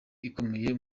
ikomeye